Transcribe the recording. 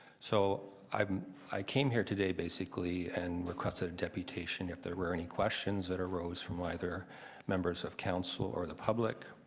so i came here today basically and requested and deputation, if there were any questions that arose from either members of council or the public.